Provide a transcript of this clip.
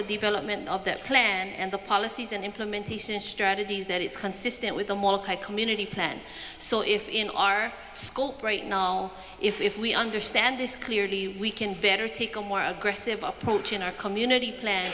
the development of that plan and the policies and implementation strategies that is consistent with the community plan so if in our school right now if we understand this clearly we can better take a more aggressive approach in our community plan